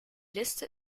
liste